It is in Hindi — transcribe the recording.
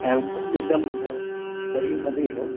अयोध्या में एकदम जो सरयू नदी है